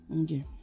okay